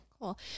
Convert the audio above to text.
cool